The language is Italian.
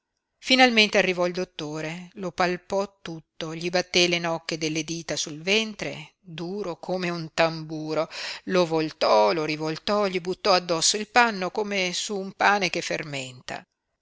finalmente arrivò il dottore lo palpò tutto gli batté le nocche delle dita sul ventre duro come un tamburo lo voltò lo rivoltò gli buttò addosso il panno come su un pane che fermenta